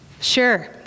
Sure